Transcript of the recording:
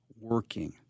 working